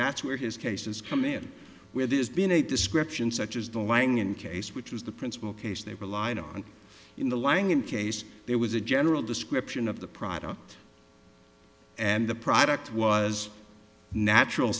that's where his cases come in where there's been a description such as the lange in case which was the principal case they relied on in the lying in case there was a general description of the product and the product was natural